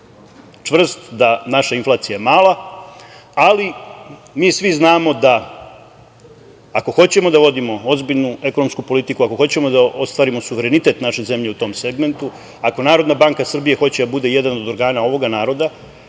čvrst, da je naša inflacija mala, ali mi svi znamo da ako hoćemo da vodim ozbiljnu ekonomsku politiku, ako hoćemo da ostvarimo suverenitet naše zemlje u tom segmentu, ako Narodna banka Srbije hoće da bude jedan od organa ovoga naroda,